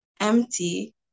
empty